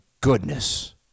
goodness